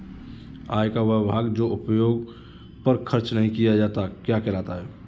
आय का वह भाग जो उपभोग पर खर्च नही किया जाता क्या कहलाता है?